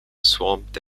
swamped